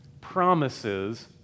promises